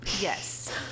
yes